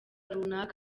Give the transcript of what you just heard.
runaka